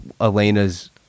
Elena's